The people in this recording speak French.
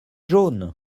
jaune